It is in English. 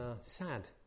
sad